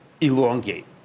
Elongate